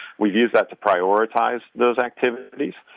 we use that to prioritize those activities.